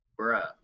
Bruh